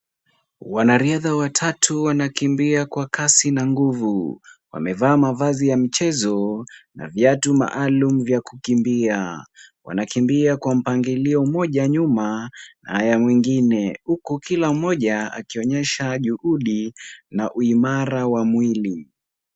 Wanariadha watatu wanakimbia kwa kasi na nguvu. Wamevaa mavazi ya mchezo na viatu maalum vya kukimbia. Wanakimbia kwa mpangilio mmoja nyuma ya mwingine. Huku kila mmoja akionyesha juhudi na uimara wa mwili.